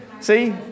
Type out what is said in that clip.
See